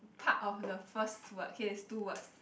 cut of the first word K it's two words